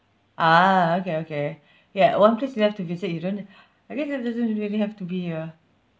ah okay okay ya one place you have to visit you don't I guess that doesn't really have to be a